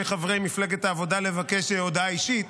חברי מפלגת העבודה לבקש הודעה אישית,